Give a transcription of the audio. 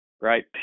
right